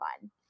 fun